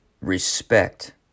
respect